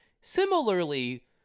similarly